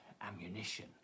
ammunition